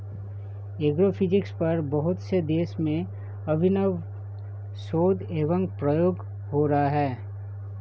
agrophysics पर बहुत से देशों में अभिनव शोध एवं प्रयोग हो रहा है